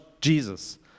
Jesus